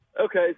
Okay